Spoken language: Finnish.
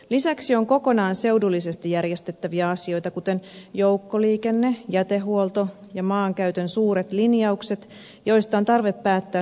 lisäksi on kokonaan seudullisesti järjestettäviä asioita kuten joukkoliikenne jätehuolto ja maankäytön suuret linjaukset joista on tarve päättää seudullisella tasolla